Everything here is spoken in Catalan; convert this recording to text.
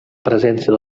presència